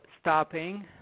stopping